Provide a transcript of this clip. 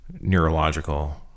neurological